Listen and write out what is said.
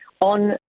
on